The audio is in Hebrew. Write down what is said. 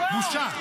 בושה.